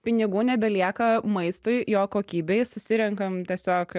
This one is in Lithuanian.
pinigų nebelieka maistui jo kokybei susirenkam tiesiog